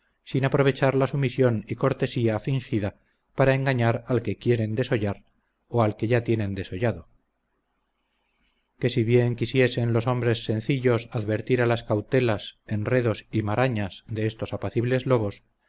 sin aprovechar la sumisión y cortesía fingida para engañar al que quieren desollar o al que ya tienen desollado que si bien quisiesen los hombres sencillos advertir a las cautelas enredos y marañas de estos apacibles lobos